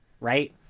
right